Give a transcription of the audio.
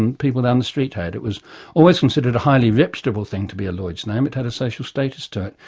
and people down the street had. it was always considered a highly reputable thing to be a lloyd's name, it had a social status to it,